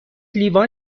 لیوان